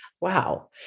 Wow